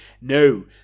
no